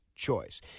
Choice